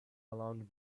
along